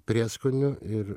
prieskonių ir